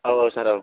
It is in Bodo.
औ औ सार औ